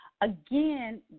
Again